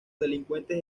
delincuentes